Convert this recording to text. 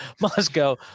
Moscow